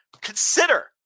consider